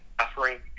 suffering